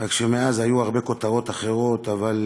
רק שמאז היו הרבה כותרות אחרות, אבל